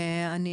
אני